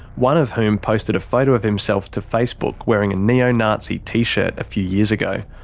one of whom posted a photo of himself to facebook wearing a neo-nazi t-shirt a few years ago.